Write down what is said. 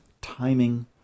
timing